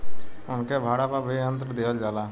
उनके भाड़ा पर भी यंत्र दिहल जाला